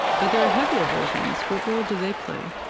but there are heavier versions. what role do they play?